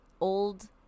old